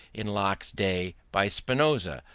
in locke's day, by spinoza,